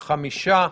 חמישה.